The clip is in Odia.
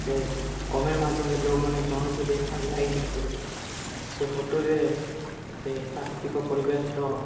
ସେ କମେଣ୍ଟ୍ ମାଧ୍ୟମରେ ଲୋକ୍ମାନେ ଜଣଉଥିଲେ ଆର୍ ଲାଇକ୍ ବି କରୁଥିଲେ ସେ ଫଟୋରେ ସେ ପ୍ରାକୃତିକ ପରିବେଶ୍ର